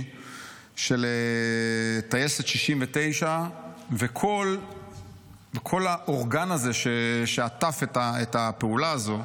של טייסת 69 וכל האורגן הזה שעטף את הפעולה הזו,